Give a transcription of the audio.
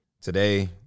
today